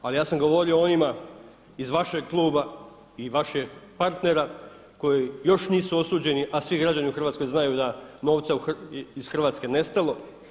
Ali ja sam govorio o onima iz vašeg kluba i vaših partnera koji još nisu osuđeni, a svi građani u Hrvatskoj znaju da je novac iz Hrvatske nestao.